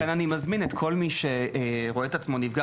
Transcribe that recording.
לכן אני מזמין את כל מי שרואה את עצמו נפגע